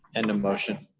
and motion.